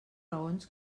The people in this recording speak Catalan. raons